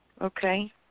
Okay